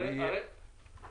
אני